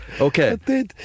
Okay